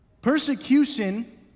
Persecution